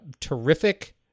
terrific